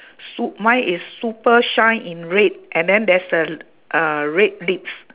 sup~ mine is super shine in red and then there's a a red lips